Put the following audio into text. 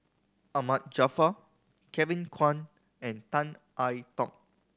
Ahmad Jaafar Kevin Kwan and Tan I Tong